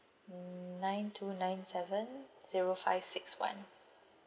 hmm nine two nine seven zero five six one